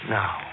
now